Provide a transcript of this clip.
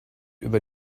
über